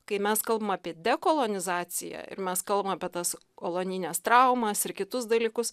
kai mes kalbam apie dekolonizaciją ir mes kalbam apie tas kolonijines traumas ir kitus dalykus